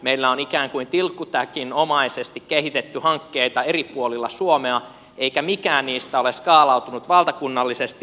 meillä on ikään kuin tilkkutäkinomaisesti kehitetty hankkeita eri puolilla suomea eikä mikään niistä ole skaalautunut valtakunnallisesti